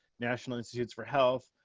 national institutes for health.